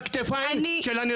שיגיע זכות הדיבור שלך.